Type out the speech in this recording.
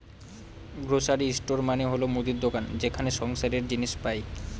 grocery store মানে হল মুদির দোকান যেখানে সংসারের জিনিস পাই